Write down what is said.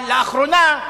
אתם, לאחרונה,